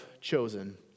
chosen